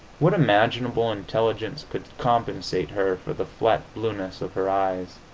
what imaginable intelligence could compensate her for the flat blueness of her eyes,